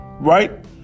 right